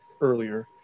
earlier